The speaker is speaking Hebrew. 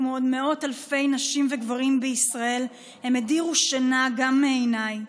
וכמו מאות אלפי נשים וגברים בישראל הם הדירו שינה גם מעיניי.